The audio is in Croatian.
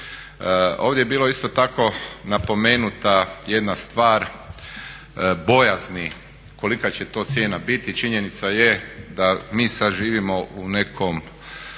Ovdje bilo isto tako napomenuta jedna stvar bojazni kolika će to cijena biti, činjenica je da mi sad živimo u nekom,